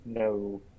No